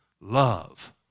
love